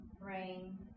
rain